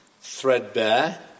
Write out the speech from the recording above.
threadbare